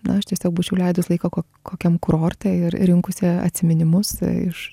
na aš tiesiog būčiau leidus laiką kokiam kurorte ir rinkusi atsiminimus iš